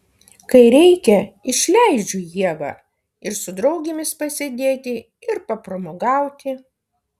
kai reikia išleidžiu ievą ir su draugėmis pasėdėti ir papramogauti